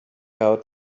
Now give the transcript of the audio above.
out